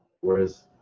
Whereas